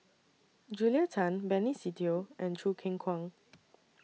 Julia Tan Benny Se Teo and Choo Keng Kwang